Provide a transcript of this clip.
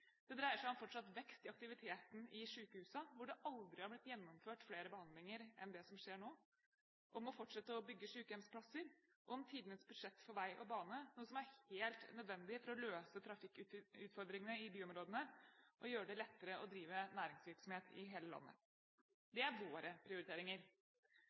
Det dreier seg om fortsatt vekst i aktiviteten i sykehusene, hvor det aldri har blitt gjennomført flere behandlinger enn det som skjer nå. Det dreier seg om å fortsette å bygge sykehjemsplasser, og det dreier seg om tidenes budsjett for vei og bane, noe som er helt nødvendig for å løse trafikkutfordringene i byområdene og gjøre det lettere å drive næringsvirksomhet i hele landet. Det er våre prioriteringer.